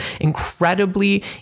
incredibly